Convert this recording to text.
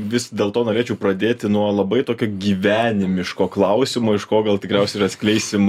vis dėlto norėčiau pradėti nuo labai tokio gyvenimiško klausimo iš ko gal tikriausiai ir atskleisim